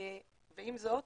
ועם זאת